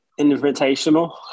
Invitational